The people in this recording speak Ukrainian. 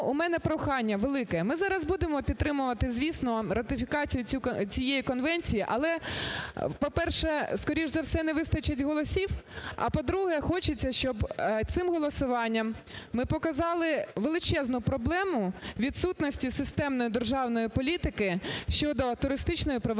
у мене прохання велике. Ми зараз будемо підтримувати, звісно, ратифікацію цієї Конвенції. Але, по-перше, скоріш за все, не вистачить голосів. А по-друге, хочеться, щоб цим голосуванням ми показали величезну проблему відсутності системної державної політики щодо туристичної привабливості